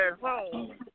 home